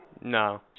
no